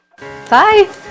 Bye